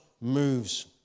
moves